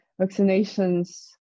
vaccinations